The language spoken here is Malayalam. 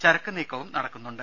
ചരക്ക് നീക്കവും നടക്കുന്നുണ്ട്